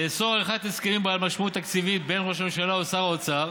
לאסור עריכת הסכם בעל משמעות תקציבית בין ראש הממשלה או שר האוצר,